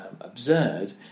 absurd